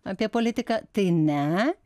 apie politiką tai ne